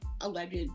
alleged